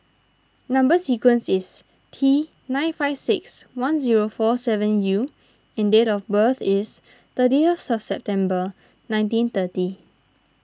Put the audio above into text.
Number Sequence is T nine five six one zero four seven U and date of birth is thirtieth of September nineteen thirty